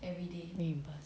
um